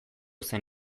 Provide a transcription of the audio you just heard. zen